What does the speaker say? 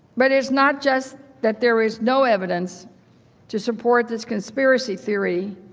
but it's not just that there is no evidence to support this conspiracy theory,